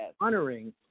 Honoring